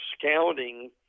scouting